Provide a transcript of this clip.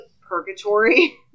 purgatory